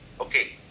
okay